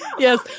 Yes